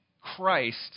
Christ